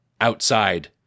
outside